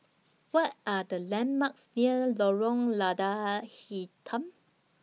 What Are The landmarks near Lorong Lada Hitam